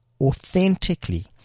authentically